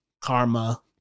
karma